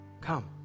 Come